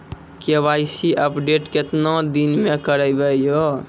KYC update केतना दिन मे करेबे यो?